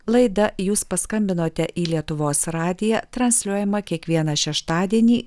laida jūs paskambinote į lietuvos radiją transliuojama kiekvieną šeštadienį